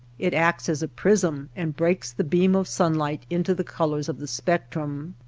it acts as a prism and breaks the beam of sun light into the colors of the spectrum.